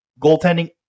Goaltending